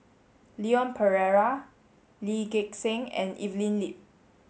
Leon Perera Lee Gek Seng and Evelyn Lip